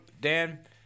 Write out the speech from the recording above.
Dan